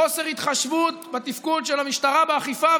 חוסר התחשבות בתפקוד של המשטרה באכיפה,